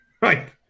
Right